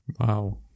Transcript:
Wow